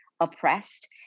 oppressed